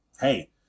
hey